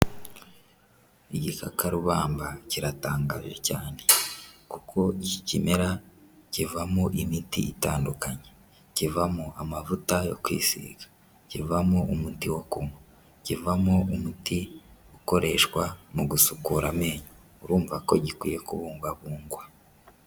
Igikakarubamba kiratangaje cyane, kuko iki kimera kivamo imiti itandukanye. Kivamo amavuta yo kwisiga, kivamo umuti wo kunywa, kivamo umuti ukoreshwa mu gusukura amenyo. Urumva ko gikwiye kubungwaabungwa.